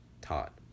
taught